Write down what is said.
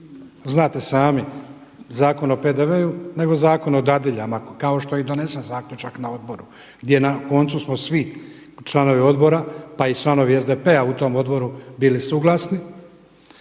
znate sami Zakon o PDV-u, nego Zakon o dadiljama kao što je i donesen zaključak na odboru, gdje na koncu smo svi članovi odbora pa i članovi SDP-a u tom odboru bili suglasni.